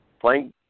playing